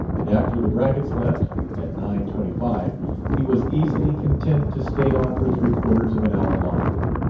and after the bracketts left at nine twenty-five he was easily content to stay on for three-quarters of an hour longer.